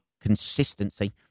consistency